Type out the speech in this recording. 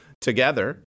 together